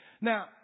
Now